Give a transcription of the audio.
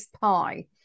pie